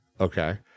Okay